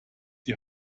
die